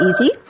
easy